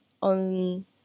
on